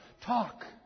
Talk